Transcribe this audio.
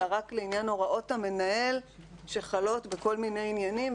אלא רק לעניין הוראות המנהל שחלות בכל מיני עניינים,